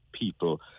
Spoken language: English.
people